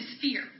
fear